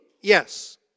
yes